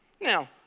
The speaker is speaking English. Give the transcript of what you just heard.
Now